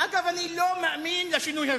אגב, אני לא מאמין לשינוי הזה.